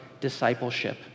discipleship